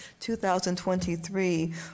2023